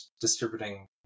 distributing